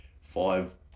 five